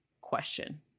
question